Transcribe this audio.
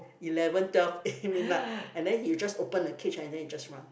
eleven twelve midnight and then he just open the cage and then he just run